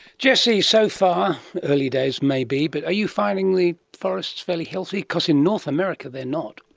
jessie, so far, early days maybe, but are you finding the forest fairly healthy? because in north america they are not.